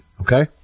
okay